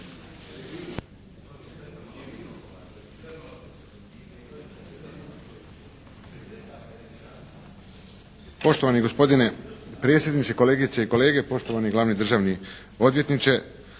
Poštovani gospodine predsjedniče, kolegice i kolege, poštovani glavni državni odvjetniče.